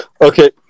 Okay